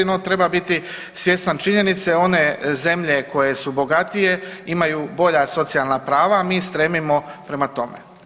No treba biti svjestan činjenice one zemlje koje su bogatije imaju bolja socijalna prava, a mi stremimo prema tome.